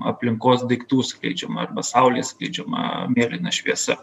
aplinkos daiktų skleidžiama arba saulės skleidžiama mėlyna šviesa